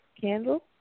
candle